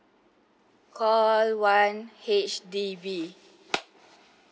call one H_D_B